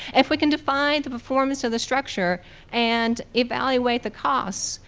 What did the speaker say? if we can define the performance of the structure and evaluate the costs,